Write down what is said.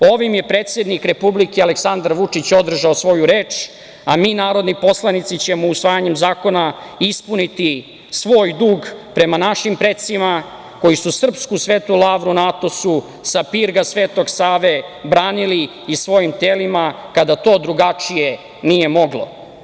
Ovim je predsednik Republike, Aleksandar Vučić održao svoju reč, a mi narodni poslanici ćemo usvajanjem zakona ispuniti svoj dug prema našim precima koji su srpsku Svetu lavru na Atosu sa pirga Svetog Save branili i svojim telima kada to drugačije nije moglo.